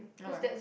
okay